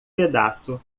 pedaço